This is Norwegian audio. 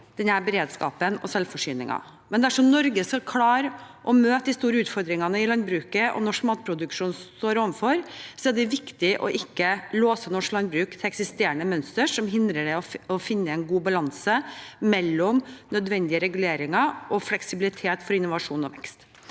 denne beredskapen og selvforsyningen, men dersom Norge skal klare å møte de store utfordringene landbruket og norsk matproduksjon står overfor, er det viktig ikke å låse norsk landbruk til eksisterende mønstre som hindrer det i å finne en god balanse mellom nødvendige reguleringer og fleksibilitet for innovasjon og vekst.